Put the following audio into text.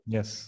Yes